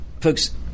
folks